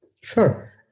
Sure